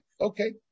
Okay